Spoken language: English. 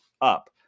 up